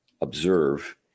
observe